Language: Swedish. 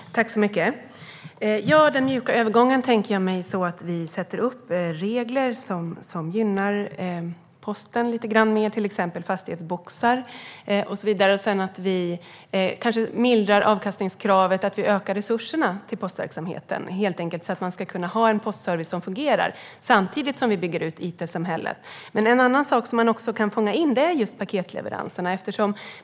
Herr talman! När det gäller den mjuka övergången tänker jag mig att vi sätter upp regler som gynnar posten lite mer, till exempel fastighetsboxar och så vidare, och att vi kanske mildrar avkastningskravet och ökar resurserna till postverksamheten, helt enkelt så att man ska kunna ha en postservice som fungerar samtidigt som vi bygger ut it-samhället. En annan sak som man också kan fånga in är just paketleveranserna.